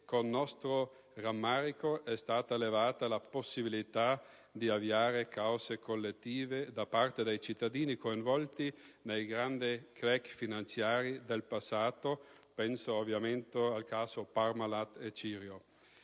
Con nostro rammarico, è stata eliminata la possibilità di avviare cause collettive da parte dei cittadini coinvolti nei grandi crack finanziari del passato (ovviamente, penso ai casi Parmalat e Cirio).